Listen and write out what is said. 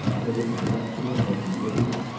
whether intellectual or convivial,